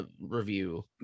review